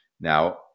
Now